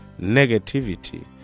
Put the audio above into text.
negativity